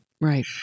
Right